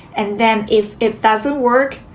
and then if it doesn't work,